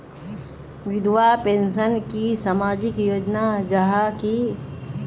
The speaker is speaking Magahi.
विधवा पेंशन की सामाजिक योजना जाहा की?